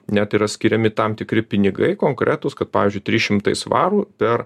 net yra skiriami tam tikri pinigai konkretūs kad pavyzdžiui trys šimtai svarų per